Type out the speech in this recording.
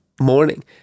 morning